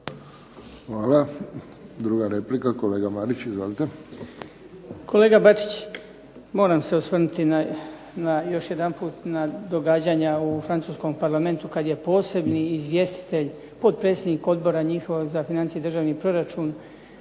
Hvala. Druga replika, kolega Marić. Izvolite. **Marić, Goran (HDZ)** Kolega Bačić, moram se osvrnuti na, još jedanput na događanja u francuskom parlamentu kad je posebni izvjestitelj potpredsjednik odbora njihovog za financije i državni proračun